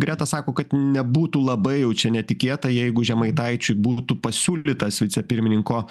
greta sako kad nebūtų labai jau čia netikėta jeigu žemaitaičiui būtų pasiūlytas vicepirmininko